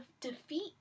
defeat